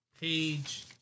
page